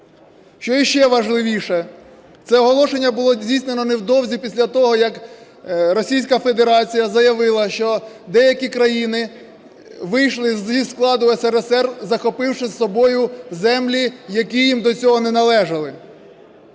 Що ще важливіше, це оголошення було здійснено невдовзі після того, як Російська Федерація заявила, що деякі країни вийшли зі складу СРСР, захопивши з собою землі, які їм до цього не належали.